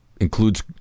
includes